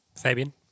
Fabian